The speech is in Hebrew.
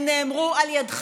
חייזרים,